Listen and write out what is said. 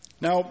Now